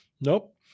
nope